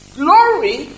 glory